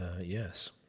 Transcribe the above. Yes